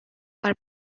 are